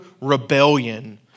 rebellion